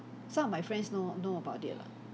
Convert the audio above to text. some of my friends know know about it lah